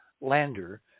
lander